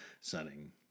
setting